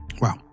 Wow